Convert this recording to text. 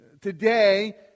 Today